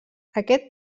aquest